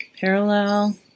parallel